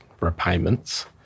repayments